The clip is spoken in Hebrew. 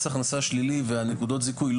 מס הכנסה שלילי ונקודות הזיכוי,